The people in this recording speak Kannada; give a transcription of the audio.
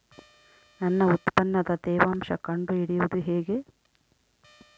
ನನ್ನ ಉತ್ಪನ್ನದ ತೇವಾಂಶ ಕಂಡು ಹಿಡಿಯುವುದು ಹೇಗೆ?